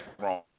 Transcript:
wrong